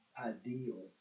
ideal